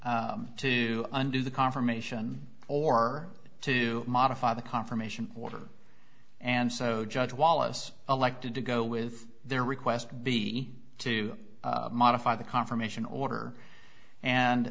to undo the confirmation or to modify the confirmation order and so judge wallace elected to go with their request be to modify the confirmation order and